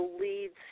leads